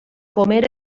comer